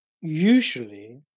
usually